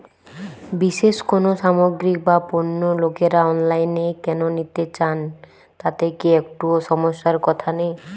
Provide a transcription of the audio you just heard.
বিশেষ কোনো সামগ্রী বা পণ্য লোকেরা অনলাইনে কেন নিতে চান তাতে কি একটুও সমস্যার কথা নেই?